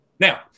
Now